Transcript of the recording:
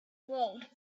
world